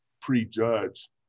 prejudge